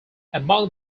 among